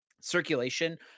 circulation